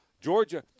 Georgia